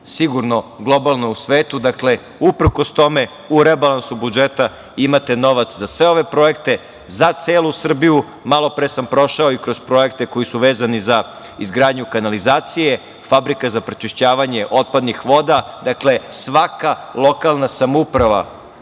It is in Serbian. sigurno globalno u svetu. Dakle, uprkos tome, u rebalansu budžeta imate novac za sve ove projekte, za celu Srbiju. Malopre sam prošao i kroz projekte koji su vezani za izgradnju kanalizacije, fabrika za prečišćavanje otpadnih voda. Dakle, svaka lokalna samouprava